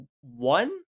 one